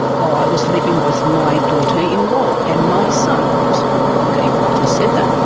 ah i was living with my daughter-in-law and my son. so okay, i just said that.